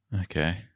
Okay